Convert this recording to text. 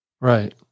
Right